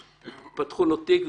שפתחו לו תיק,